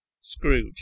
scrooge